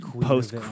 post